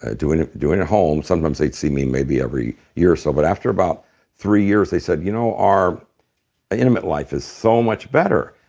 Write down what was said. ah doing it at home. sometimes they'd see me maybe every year or so, but after about three years they said, you know, our ah intimate life is so much better.